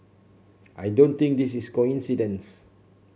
I don't think this is a coincidence